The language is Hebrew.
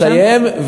אני מסיים.